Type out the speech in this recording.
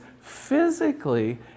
physically